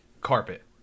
carpet